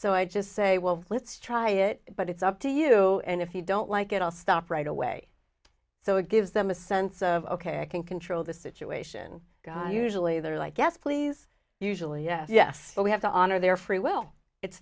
so i just say well let's try it but it's up to you and if you don't like it i'll stop right away so it gives them a sense of ok i can control the situation usually they're like yes please usually yes yes but we have to honor their free will it's